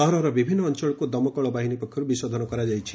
ସହରର ବିଭିନ୍ ଅଞ୍ଞଳକୁ ଦମକଳ ବାହିନୀ ପକ୍ଷରୁ ବିଶୋଧନ କରାଯାଇଛି